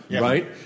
right